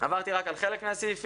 עברתי רק על חלק מהסעיפים.